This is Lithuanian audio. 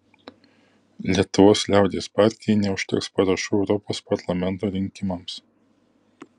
lietuvos liaudies partijai neužteks parašų europos parlamento rinkimams